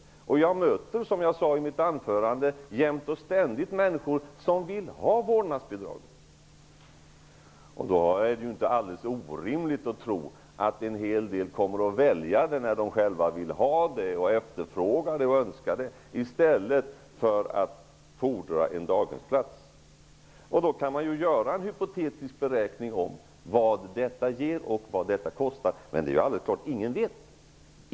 Som jag sade i mitt huvudanförande möter jag jämt och ständigt människor som vill ha vårdnadsbidrag. När människor själva vill ha vårdnadsbidraget, efterfrågar det och önskar det, är det ju inte alldeles orimligt att tro att en hel del också kommer att välja det i stället för att fordra en dagisplats. Man kan då göra en hypotetisk beräkning av vad detta ger och vad detta kostar, men det är alldeles klart att ingen vet.